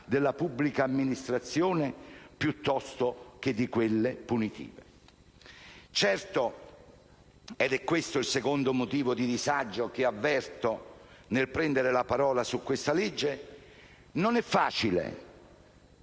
della pubblica amministrazione piuttosto che di quelle punitive. Certo colleghi - e questo è il secondo motivo di disagio che avverto nel prendere la parola sul provvedimento in esame - non è facile